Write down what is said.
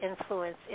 influence